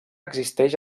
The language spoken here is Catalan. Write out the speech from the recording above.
existeix